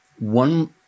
One